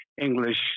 English